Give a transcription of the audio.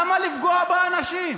למה לפגוע באנשים?